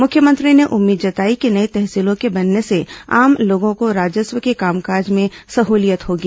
मुख्यमंत्री ने उम्मीद जताई कि नई तहसीलों के बनने से आम लोगों को राजस्व के कामकाज में सहुलियत होगी